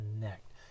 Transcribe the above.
connect